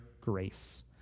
grace